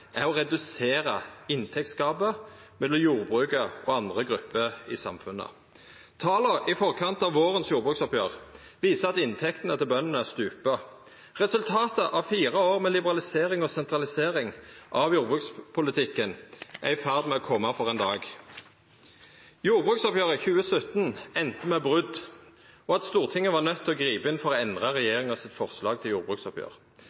er å redusera inntektsgapet mellom jordbruket og andre grupper i samfunnet. Tala i forkant av vårens jordbruksoppgjer viser at inntektene til bøndene stuper. Resultatet av fire år med liberalisering og sentralisering av jordbrukspolitikken er i ferd med å koma for ein dag. Jordbruksoppgjeret 2017 enda med brot og at Stortinget var nøydd til å gripa inn for å endra regjeringa sitt forslag til jordbruksoppgjer.